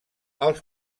els